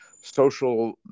social